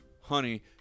honey